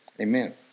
Amen